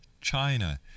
China